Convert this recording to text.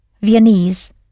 Viennese